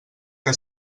que